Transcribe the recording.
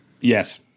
Yes